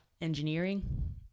engineering